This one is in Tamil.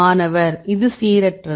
மாணவர் இது சீரற்றது